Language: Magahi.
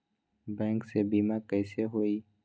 बैंक से बिमा कईसे होई?